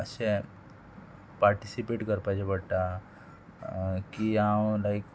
अशें पार्टिसिपेट करपाचें पडटा की हांव लायक